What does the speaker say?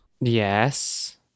Yes